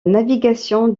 navigation